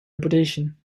reputation